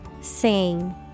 Sing